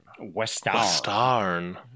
Westarn